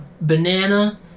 banana